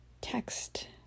text